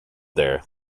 there